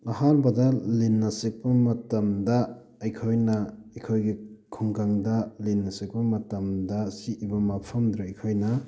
ꯑꯍꯥꯟꯕꯗ ꯂꯤꯟꯅ ꯆꯤꯛꯄ ꯃꯇꯝꯗ ꯑꯩꯈꯣꯏꯅ ꯑꯩꯈꯣꯏꯒꯤ ꯈꯨꯡꯒꯪꯗ ꯂꯤꯟꯅ ꯆꯤꯛꯄ ꯃꯇꯝꯗ ꯆꯤꯛꯏꯕ ꯃꯐꯝꯗꯨꯗ ꯑꯩꯈꯣꯏꯅ